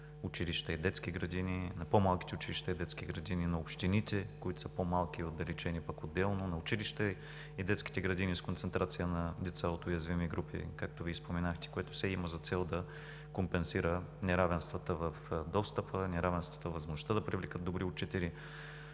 при равни други условия на по-малките училища и детски градини, на общините, които са по-малки и отдалечени – пък отделно, на училища и детски градини с концентрация на деца от уязвими групи, както Вие споменахте, което все има за цел да компенсира неравенствата в достъпа, неравенствата във възможността да привлекат добри учители.